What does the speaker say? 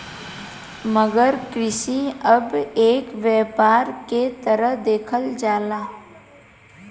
मगर कृषि अब एक व्यापार के तरह देखल जाला